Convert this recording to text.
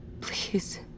Please